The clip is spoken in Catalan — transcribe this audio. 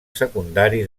secundari